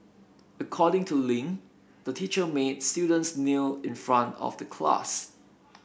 according to Ling the teacher made students kneel in front of the class